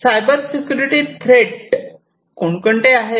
cyber security threat कोणकोणत्या आहेत